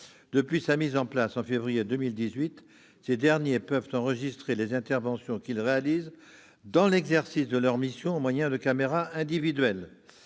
Depuis sa mise en place au mois de février 2018, ces agents peuvent enregistrer les interventions qu'ils réalisent dans l'exercice de leurs missions, au moyen de caméras individuelles.